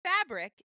fabric